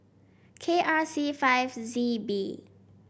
K R C five Z B